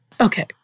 Okay